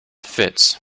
fits